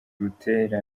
butera